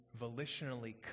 volitionally